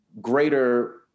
greater